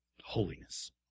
Holiness